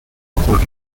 albert